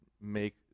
make